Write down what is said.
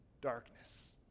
darkness